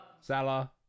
Salah